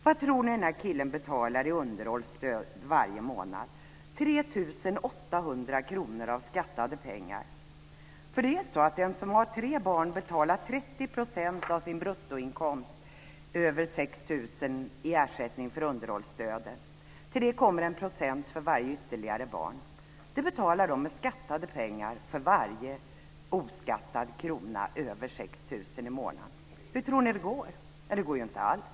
Vad tror ni att den här killen betalar i underhållsstöd varje månad? Jo, 3 800 kr av skattade pengar. Det är så att den som har tre barn betalar 30 % av sin bruttoinkomst över 6 000 kr i ersättning för underhållsstödet. Till det kommer 1 % för varje ytterligare barn. Detta betalas med skattade pengar för varje oskattad krona över 6 000 kr i månaden. Hur tror ni att det går? Det går inte alls.